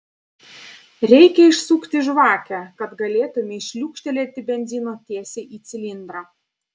reikia išsukti žvakę kad galėtumei šliukštelėti benzino tiesiai į cilindrą